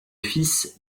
fils